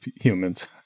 humans